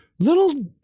Little